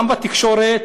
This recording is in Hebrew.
גם בתקשורת